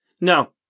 No